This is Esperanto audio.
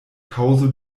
kaŭzo